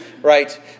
Right